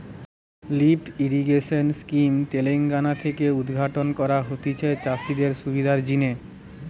lift irrigation scheme Telangana তে উদ্ঘাটন করা হতিছে চাষিদের সুবিধার জিনে